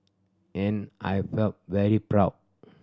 and I felt very proud